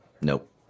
Nope